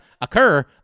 occur